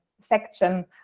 section